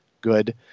good